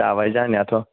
जाबाय जानायाथ'